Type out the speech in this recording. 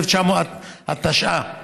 התשי"א 1951,